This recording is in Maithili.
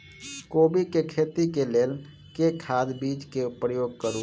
कोबी केँ खेती केँ लेल केँ खाद, बीज केँ प्रयोग करू?